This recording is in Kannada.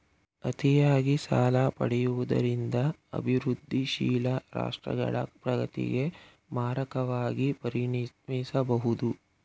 ಅತಿಯಾಗಿ ಸಾಲ ಪಡೆಯುವುದರಿಂದ ಅಭಿವೃದ್ಧಿಶೀಲ ರಾಷ್ಟ್ರಗಳ ಪ್ರಗತಿಗೆ ಮಾರಕವಾಗಿ ಪರಿಣಮಿಸಬಹುದು